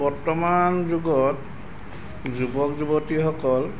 বৰ্তমান যুগত যুৱক যুৱতীসকল